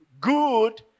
Good